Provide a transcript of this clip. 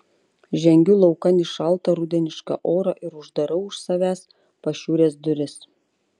žengiu laukan į šaltą rudenišką orą ir uždarau už savęs pašiūrės duris